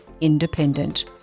independent